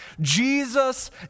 Jesus